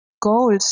goals